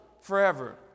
forever